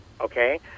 okay